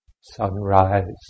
sunrise